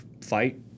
fight